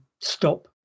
stop